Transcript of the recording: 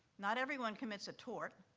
not everyone commits a tort.